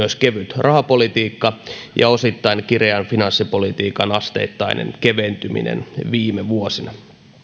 kevyt rahapolitiikka ja osittain kireän finanssipolitiikan asteittainen keventyminen viime vuosina